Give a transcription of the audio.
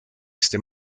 este